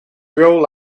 roll